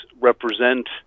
represent